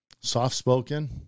soft-spoken